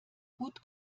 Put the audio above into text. gut